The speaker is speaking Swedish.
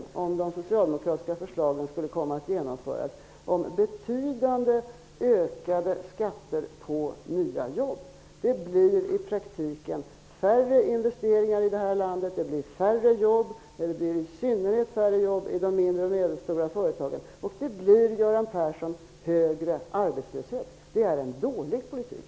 Om de socialdemokratiska förslagen skulle komma att genomföras, handlar det faktiskt i praktiken om betydligt ökande skatter på nya jobb. Det leder i praktiken till färre investeringar i Sverige och färre jobb, i synnerhet i de mindre och medelstora företagen. Det blir, Göran Persson, högre arbetslöshet. Det är en dålig politik.